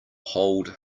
hold